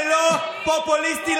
זה לא פופוליסטי.